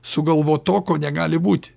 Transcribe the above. sugalvot to ko negali būti